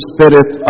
Spirit